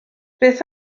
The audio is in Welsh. beth